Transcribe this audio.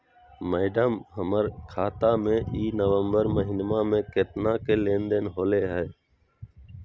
madam, हमर खाता में ई नवंबर महीनमा में केतना के लेन देन होले है